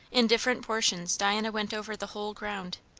in different portions, diana went over the whole ground.